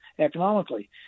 economically